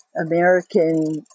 American